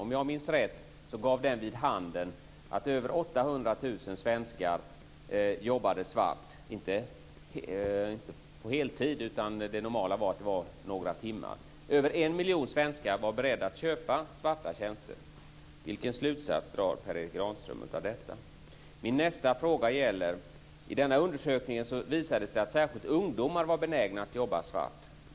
Om jag minns rätt gav den vid handen att över 800 000 svenskar jobbade svart, inte på heltid utan det normala var några timmar. Över en miljon svenskar var beredda att köpa svarta tjänster. Vilken slutsats drar Per Erik Granström av detta? I denna undersökning visade det sig att särskilt ungdomar var benägna att jobba svart.